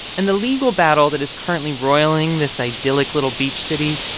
and the legal battle that is currently roiling this idyllic little beach city,